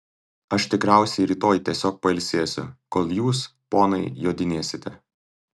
aš tikriausiai rytoj tiesiog pailsėsiu kol jūs ponai jodinėsite